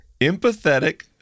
Empathetic